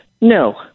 No